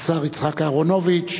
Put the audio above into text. השר יצחק אהרונוביץ,